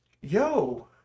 Yo